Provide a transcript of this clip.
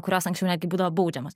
kurios anksčiau netgi būdavo baudžiamos